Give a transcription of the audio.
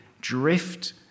drift